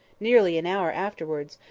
nearly an hour afterwards,